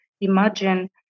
imagine